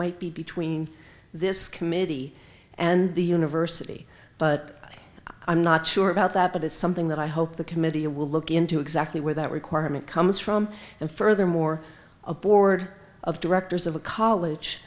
might be between this committee and the university but i'm not sure about that but it's something that i hope the committee will look into exactly where that requirement comes from and furthermore a board of directors of a college